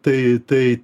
tai tai